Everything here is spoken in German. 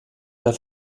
der